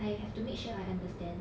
I have to make sure I understand